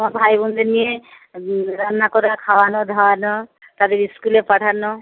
তোমার ভাই বোনদের নিয়ে রান্না করা খাওয়ানো ধাওয়ানো তাদের স্কুলে পাঠানো